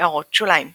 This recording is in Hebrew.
הערות שוליים ==